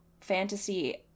fantasy